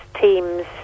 teams